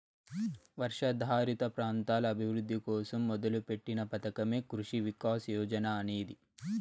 వర్షాధారిత ప్రాంతాల అభివృద్ధి కోసం మొదలుపెట్టిన పథకమే కృషి వికాస్ యోజన అనేది